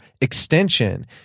extension